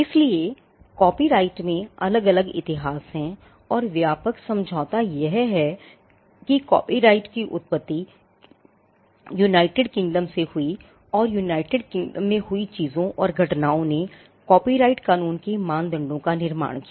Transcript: इसलिए कॉपीराइट में अलग अलग इतिहास हैं और व्यापक समझौता यह है कि कॉपीराइट की उत्पत्ति यूनाइटेड किंगडम में हुई चीजों और घटनाओं ने कॉपीराइट कानून के लिए मानदंडों का निर्माण किया